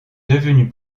devenu